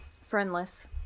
friendless